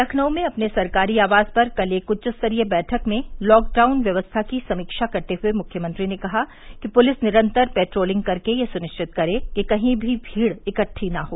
लखनऊ में अपने सरकारी आवास पर कल एक उच्च स्तरीय बैठक में लॉकडाउन व्यवस्था की समीक्षा करते हुए मुख्यमंत्री ने कहा कि पुलिस निरन्तर पेट्रोलिंग करके यह सुनिश्चित करे कि कहीं भी भीड़ इकट्ठा न हो